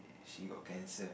she got cancer